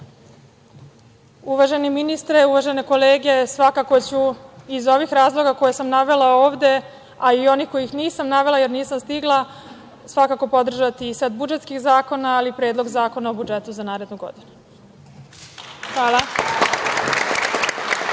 građana. Uvaženi ministre, uvažene kolege, svakako ću ih iz ovih razloga koje sam navela ovde, a i onih koje nisam navela, jer nisam stigla, podržati set budžetskih zakona, ali i Predlog zakona o budžetu za narednu godinu. Hvala.